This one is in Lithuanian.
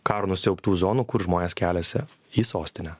karo nusiaubtų zonų kur žmonės keliasi į sostinę